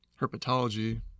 herpetology